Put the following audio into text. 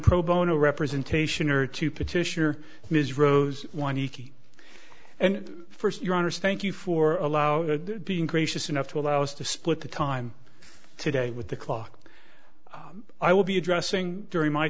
pro bono representation or to petitioner ms rose one eking and first your honors thank you for a loud being gracious enough to allow us to split the time today with the clock i will be addressing during my